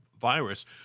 virus